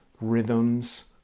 rhythms